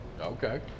Okay